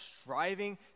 striving